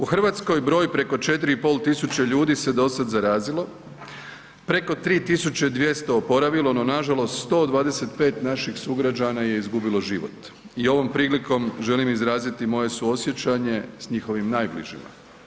U Hrvatskoj broj preko 4,5 tisuće ljudi se dosad zarazilo, preko 3200 oporavilo, no nažalost, 125 naših sugrađana je izgubilo život i ovom prilikom želim izraziti svoje suosjećanje s njihovim najbližima.